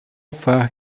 far